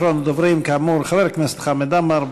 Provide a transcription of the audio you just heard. אחרון הדוברים כאמור, חבר הכנסת חמד עמאר.